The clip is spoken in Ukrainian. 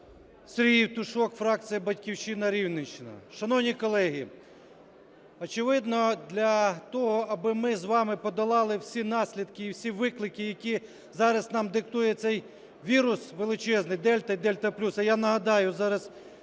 Сергій Євтушок, фракція "Батьківщина", Рівненщина. Шановні колеги, очевидно, для того, аби ми з вами подолали всі наслідки і всі виклики, які зараз нам диктує цей вірус величезний "Дельта" і "Дельта плюс", а я нагадаю, зараз